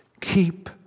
Keep